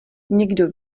někdo